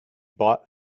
bought